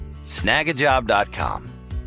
snagajob.com